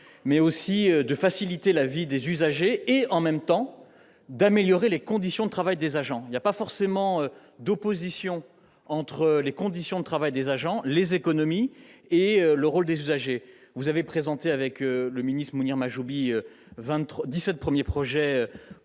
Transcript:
mais aussi de faciliter la vie des usagers et, en même temps, d'améliorer les conditions de travail des agents. Il n'y a pas forcément d'opposition entre les conditions de travail des agents, les économies et le rôle des usagers. Vous avez présenté, monsieur le ministre, avec Mounir Mahjoubi, dix-sept premiers projets